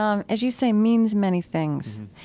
um as you say, means many things.